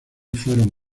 fueron